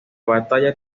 batalla